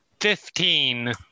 fifteen